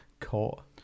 Caught